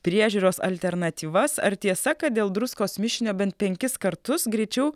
priežiūros alternatyvas ar tiesa kad dėl druskos mišinio bent penkis kartus greičiau